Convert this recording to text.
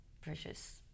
precious